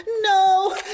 No